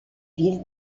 ville